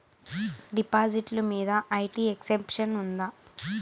డిపాజిట్లు మీద IT exemption ఉందా?